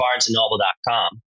barnesandnoble.com